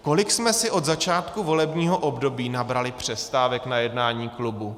Kolik jsme si od začátku volebního období nabrali přestávek na jednání klubu?